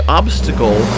obstacle